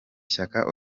shyaka